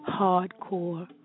hardcore